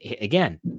again